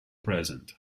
present